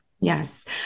yes